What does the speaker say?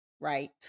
right